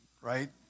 right